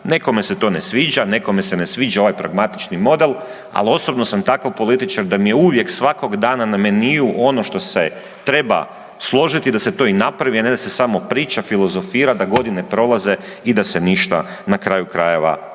Nekome se to ne sviđa, nekome se ne sviđa ovaj pragmatični model, ali osobno sam takav političar da mi je uvijek svakog dana na meniju ono što se treba složiti da se to i napravi, a ne da se samo priča, filozofira, da godine prolaze i da se ništa na kraju krajeva ne